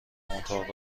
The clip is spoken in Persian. اتاق